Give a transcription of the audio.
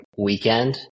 weekend